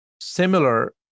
similar